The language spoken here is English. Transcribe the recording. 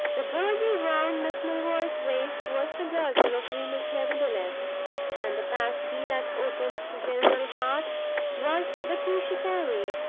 the girdle round miss milroy's waist was the girdle of venus nevertheless and the passkey that opens the general heart was the key she carried,